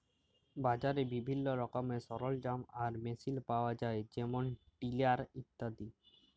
বাজারে বিভিল্ল্য রকমের সরলজাম আর মেসিল পাউয়া যায় যেমল টিলার ইত্যাদি